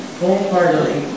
wholeheartedly